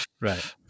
Right